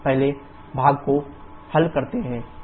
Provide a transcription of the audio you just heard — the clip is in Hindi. पहले भाग को हल करते हैं